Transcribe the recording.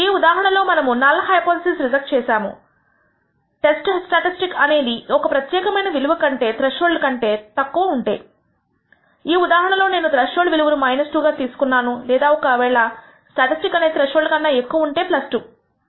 ఈ ఉదాహరణ లో మనము నల్ హైపోథిసిస్ రిజెక్ట్ చేస్తాము టెస్ట్ స్టాటిస్టిక్ అనేది ఒక ప్రత్యేకమైన విలువ కంటే త్రెష్హోల్డ్ కంటే తక్కువ ఉంటే ఈ ఉదాహరణ లో నేను త్రెష్హోల్డ్ విలువను 2 గా తీసుకున్నాను లేదా ఒక వేళ స్టాటిస్టిక్ అనేది త్రెష్హోల్డ్ కన్నా ఎక్కువ ఉంటే ఇది 2